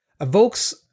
evokes